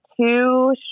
two